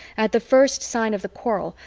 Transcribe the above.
at the first sign of the quarrel,